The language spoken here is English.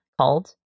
called